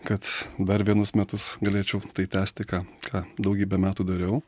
kad dar vienus metus galėčiau tai tęsti ką ką daugybę metų dariau